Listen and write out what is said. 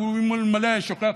כי אלמלא היה שוכח,